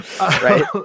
Right